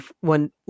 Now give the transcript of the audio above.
one